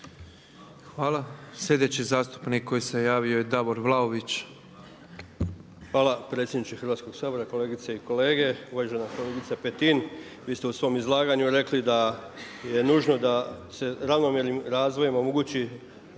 Hvala. Sljedeći zastupnik koji se javio je Davor Vlaović. **Vlaović, Davor (HSS)** Hvala predsjedniče Hrvatskog sabora, kolegice i kolege. Uvažena kolegice Petin vi ste u svom izlaganju rekli da je nužno da se ravnomjernim razvojem omogući